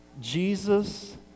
Jesus